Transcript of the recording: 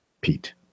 Pete